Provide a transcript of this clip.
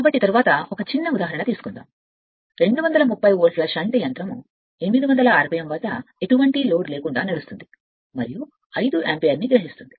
కాబట్టి తరువాత ఒక చిన్న ఉదాహరణ తీసుకోండి 230 వోల్ట్ల షంట్ యంత్రం 800 rpm వద్ద ఎటువంటి లోడ్ లేకుండా నడుస్తుంది మరియు 5 యాంపియర్ పడుతుంది